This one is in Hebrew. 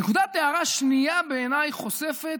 נקודת הארה שנייה בעיניי חושפת,